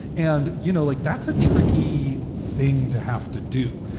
and, you know, like that's a tricky thing to have to do.